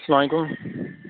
اسلام علیکُم